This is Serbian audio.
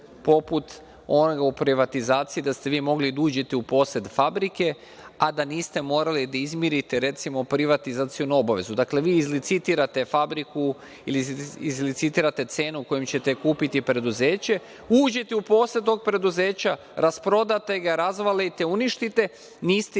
poput onog u privatizaciji da ste vi mogli da uđete u posed fabrike, a da niste morali da izmirite, recimo, privatizacionu obavezu. Dakle, vi izlicitirate fabriku ili izlicitirate cenu kojom ćete kupiti preduzeće, uđete u posed tog preduzeća, rasprodate ga, razvalite, uništite, niste i